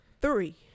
three